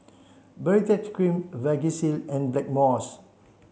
Baritex cream Vagisil and Blackmores